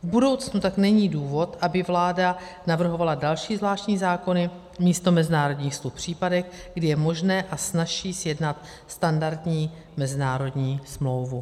V budoucnu tak není důvod, aby vláda navrhovala další zvláštní zákony místo mezinárodních smluv v případech, kdy je možné a snazší sjednat standardní mezinárodní smlouvu.